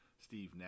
Steve